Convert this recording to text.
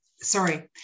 Sorry